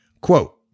Quote